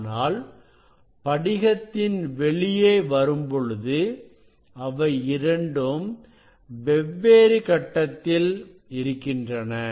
ஆனால் படிகத்தின் வெளியே வரும்பொழுது அவை இரண்டும் வெவ்வேறு கட்டத்தில் இருக்கின்றன